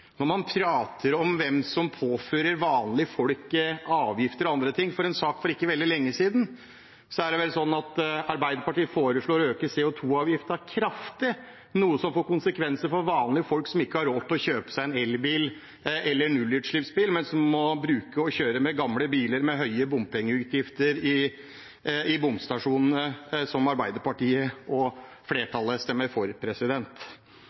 når man prater om hvem som påfører vanlige folk avgifter og annet. I en sak for ikke veldig lenge siden var det vel slik at Arbeiderpartiet foreslo å øke CO 2 -avgiften kraftig, noe som får konsekvenser for vanlige folk som ikke har råd til å kjøpe seg en elbil eller en nullutslippsbil, men som må bruke og kjøre gamle biler med høye bompengeutgifter gjennom bomstasjonene, som Arbeiderpartiet og flertallet stemmer for.